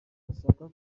ndashaka